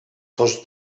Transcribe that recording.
tots